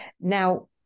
now